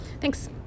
Thanks